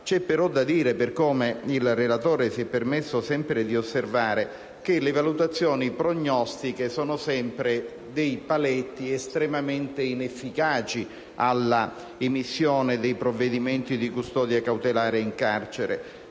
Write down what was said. C'è però da dire - come il relatore si è permesso sempre di osservare - che le valutazioni prognostiche sono sempre dei paletti estremamente inefficaci all'emissione dei provvedimenti di custodia cautelare in carcere,